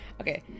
Okay